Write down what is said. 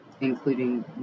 including